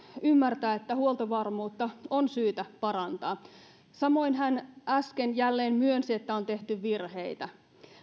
ymmärtää että huoltovarmuutta on syytä parantaa ja samoin hän äsken jälleen myönsi että on tehty virheitä